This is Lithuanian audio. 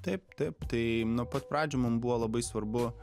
taip taip tai nuo pat pradžių mum buvo labai svarbu